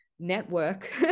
network